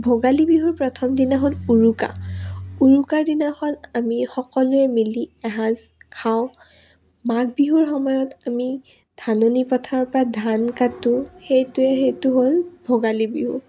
ভোগালী বিহুৰ প্ৰথম দিনা হ'ল উৰুকা উৰুকাৰ দিনাখন আমি সকলোৱে মিলি এসাঁজ খাওঁ মাঘ বিহুৰ সময়ত আমি ধাননি পথাৰৰ পৰা ধান কাটো সেইটোৱে সেইটো হ'ল ভোগালী বিহু